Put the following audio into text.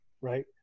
right